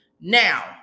Now